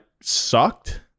sucked